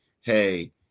hey